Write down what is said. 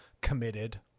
committed